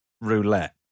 roulette